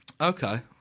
Okay